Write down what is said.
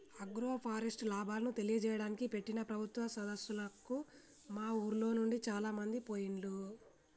agroforest లాభాలను తెలియజేయడానికి పెట్టిన ప్రభుత్వం సదస్సులకు మా ఉర్లోనుండి చాలామంది పోయిండ్లు